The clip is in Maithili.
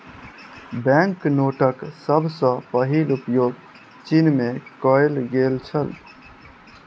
बैंक नोटक सभ सॅ पहिल उपयोग चीन में कएल गेल छल